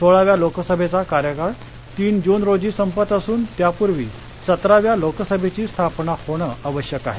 सोळाव्या लोकसभेचा कार्यकाळ तीन जून रोजी संपत असून त्यापूर्वी सतराव्या लोकसभेची स्थापना होणं आवश्यक आहे